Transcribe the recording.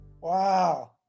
Wow